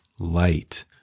light